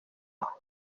aho